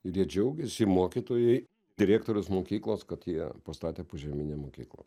ir jie džiaugiasi mokytojai direktorius mokyklos kad jie pastatė požeminę mokyklą